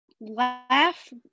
laugh